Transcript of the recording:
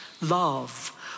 love